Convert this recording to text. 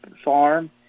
farm